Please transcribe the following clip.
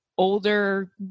older